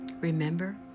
Remember